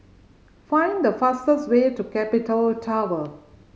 find the fastest way to Capital Tower